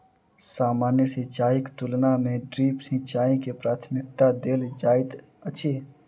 सामान्य सिंचाईक तुलना मे ड्रिप सिंचाई के प्राथमिकता देल जाइत अछि